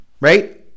Right